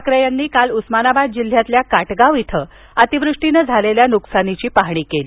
ठाकरे यांनी काल उस्मानाबाद जिल्ह्यातील काटगाव इथे अतिवृष्टीनं झालेल्या नुकसानीची पाहणी केली